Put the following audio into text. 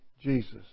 Jesus